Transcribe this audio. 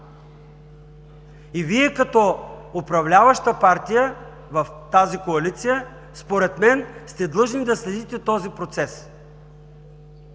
И Вие, като управляваща партия в тази коалиция, според мен сте длъжни да следите този процес.